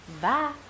Bye